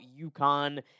UConn